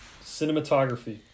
Cinematography